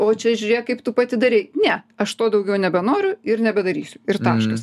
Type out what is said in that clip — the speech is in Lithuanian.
o čia žiūrėk kaip tu pati darei ne aš to daugiau nebenoriu ir nebedarysiu ir taškas